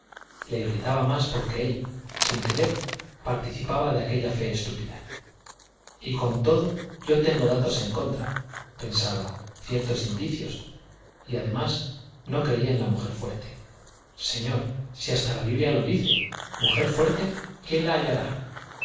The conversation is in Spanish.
le irritaba más porque él sin querer participaba de aquella fe estúpida y con todo yo tengo datos en contra pensaba ciertos indicios y además no creía en la mujer fuerte señor si hasta la biblia lo dice mujer fuerte quién la hallará